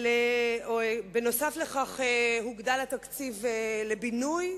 בנוסף לכך הוגדל התקציב לבינוי.